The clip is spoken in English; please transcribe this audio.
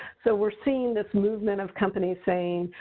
so we're seeing this movement of companies saying,